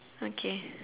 okay